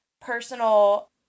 personal